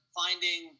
finding